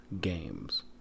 games